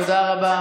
תודה.